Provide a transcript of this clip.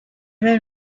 were